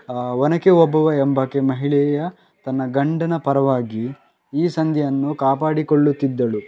ಒನಕೆ ಓಬವ್ವ ಎಂಬಾಕೆ ಮಹಿಳೆಯು ತನ್ನ ಗಂಡನ ಪರವಾಗಿ ಈ ಸಂದಿಯನ್ನು ಕಾಪಾಡಿಕೊಳ್ಳುತ್ತಿದ್ದಳು